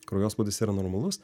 kraujospūdis yra normalus